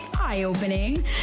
eye-opening